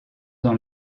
dans